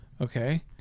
okay